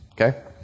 Okay